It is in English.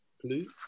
please